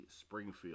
Springfield